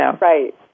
right